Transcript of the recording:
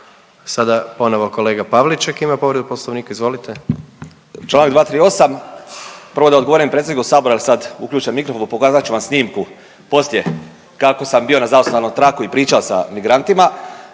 Sada ponovno kolega Pavliček ima povredu Poslovnika, izvolite. **Pavliček, Marijan (Hrvatski suverenisti)** Čl. 238, prvo da odgovorim predsjedniku Sabora jer sad je uključen mikrofon, pokazat ću vam snimku poslije kako sam bio na zaustavnom traku i pričao sa migrantima